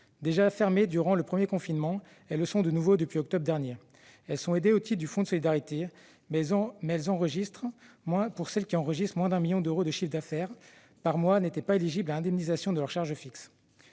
Déjà fermées durant le premier confinement, elles le sont de nouveau depuis le mois d'octobre dernier. Elles sont aidées au titre du fonds de solidarité, mais celles qui enregistrent moins d'un million d'euros de chiffres d'affaires par mois ne sont pas éligibles à l'indemnisation de leurs charges fixes.